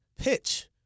Pitch